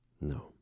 No